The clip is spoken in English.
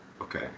Okay